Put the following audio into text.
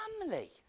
family